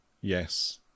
yes